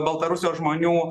baltarusijos žmonių